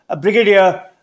brigadier